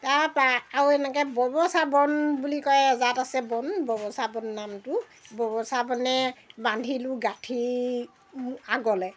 তাৰপৰা আৰু এনেকৈ ববছা বন বুলি কয় এজাত আছে বন ববছা বন নামটো ববছা বনেৰে বান্ধিলোঁ গাঁঠি আগলৈ